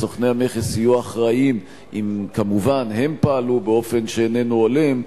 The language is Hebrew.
סוכני המכס יהיו אחראים כמובן אם הם פעלו באופן שאיננו הולם,